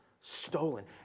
stolen